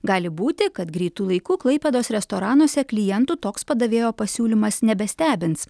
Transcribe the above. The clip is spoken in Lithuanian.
gali būti kad greitu laiku klaipėdos restoranuose klientų toks padavėjo pasiūlymas nebestebins